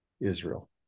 Israel